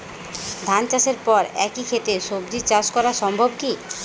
ধান চাষের পর একই ক্ষেতে সবজি চাষ করা সম্ভব কি?